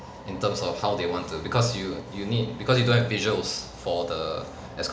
in terms of how they want to because you you need because you don't have visuals for the as